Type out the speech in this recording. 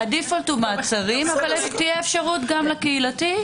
הדיפולט הוא מעצרים אבל תהיה אפשרות גם לקהילתי.